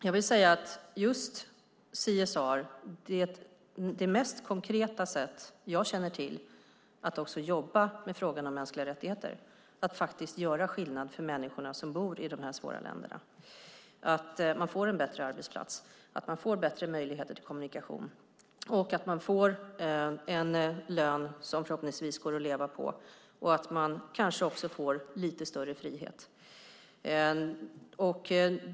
Just CSR är det mest konkreta sättet jag känner till för att även jobba med frågan om mänskliga rättigheter, att faktiskt göra skillnad för människorna som bor i dessa svåra länder så att de får bättre arbetsplatser, bättre möjligheter till kommunikationer, en lön som förhoppningsvis går att leva på och kanske också får lite större frihet.